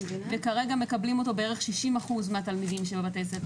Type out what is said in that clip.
וכרגע מקבלים אותו בערך 60% מהתלמידים שבבתי הספר האלה.